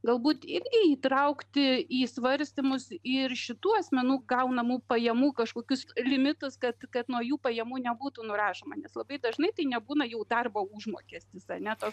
galbūt irgi įtraukti į svarstymus ir šitų asmenų gaunamų pajamų kažkokius limitus kad kad nuo jų pajamų nebūtų nurašoma nes labai dažnai tai nebūna jų darbo užmokestis ane